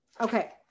okay